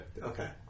Okay